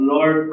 Lord